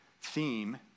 theme